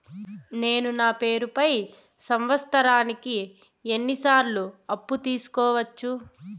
నేను నా పేరుపై సంవత్సరానికి ఎన్ని సార్లు అప్పు తీసుకోవచ్చు?